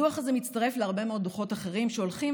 הדוח הזה מצטרף להרבה מאוד דוחות אחרים שהולכים